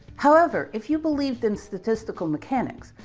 however, if you believed in statistical mechanics,